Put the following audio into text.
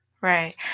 right